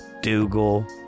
Dougal